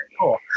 Cool